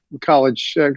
college